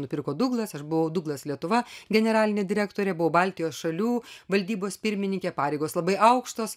nupirko duglas aš buvau duglas lietuva generalinė direktorė buvau baltijos šalių valdybos pirmininkė pareigos labai aukštos